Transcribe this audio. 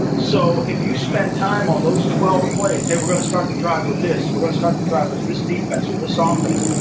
so, if you spend time on those twelve plays hey, we're going to start the drive with this. we're going to start the drive with this defense, or this offense.